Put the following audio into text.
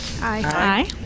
Aye